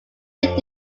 lived